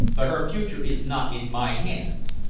but her future is not in my hands.